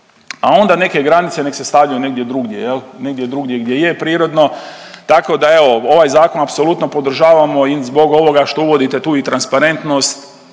a onda neke granice nek se stavljaju negdje drugdje, negdje drugdje gdje je prirodno tako da evo ovaj zakon apsolutno podržavamo i zbog ovoga što uvodite tu i transparentnost,